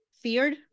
feared